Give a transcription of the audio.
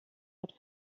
hat